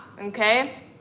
Okay